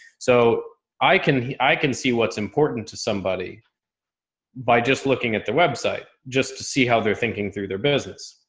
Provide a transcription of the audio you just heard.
so i can, i can see what's important to somebody by just looking at the website, just to see how they're thinking through their business.